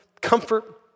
comfort